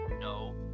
No